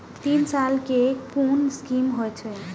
तीन साल कै कुन स्कीम होय छै?